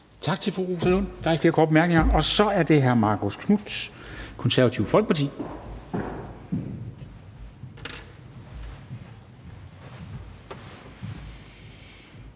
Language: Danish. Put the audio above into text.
Tak til fru Rosa Lund. Der er ikke flere korte bemærkninger. Og så er det hr. Marcus Knuth, Det Konservative Folkeparti.